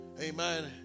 amen